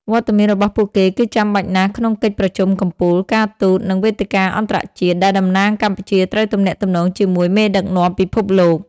វត្តមានរបស់ពួកគេគឺចាំបាច់ណាស់នៅក្នុងកិច្ចប្រជុំកំពូល ការទូត និងវេទិកាអន្តរជាតិ ដែលតំណាងកម្ពុជាត្រូវទំនាក់ទំនងជាមួយមេដឹកនាំពិភពលោក។